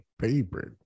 favorite